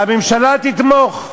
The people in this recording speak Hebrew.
והממשלה תתמוך.